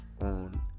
on